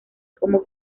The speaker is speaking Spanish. como